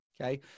okay